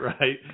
Right